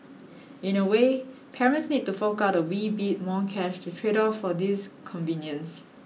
in a way parents need to fork out a wee bit more cash to trade off for this convenience